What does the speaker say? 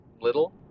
little